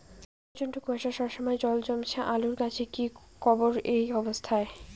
প্রচন্ড কুয়াশা সবসময় জল জমছে আলুর গাছে কি করব এই অবস্থায়?